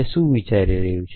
તે શું વિચારી રહ્યું છે